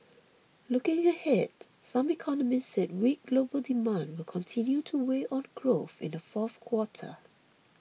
looking ahead some economists said weak global demand will continue to weigh on growth in the fourth quarter